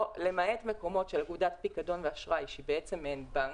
למעט מקומות של אגודת פיקדון ואשראי שהיא בעצם מעין בנק,